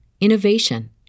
innovation